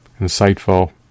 insightful